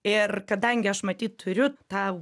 ir kadangi aš matyt turiu tą